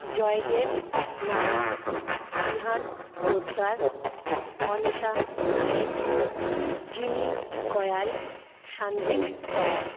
Joydeb Nayek Bihan Poddar Anita Nayek Jini Kayal Sanvik Kayal